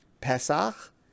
Pesach